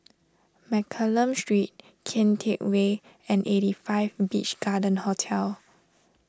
Mccallum Street Kian Teck Way and eighty five Beach Garden Hotel